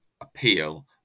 appeal